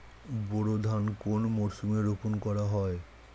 বোরো ধান কোন মরশুমে রোপণ করা হয়?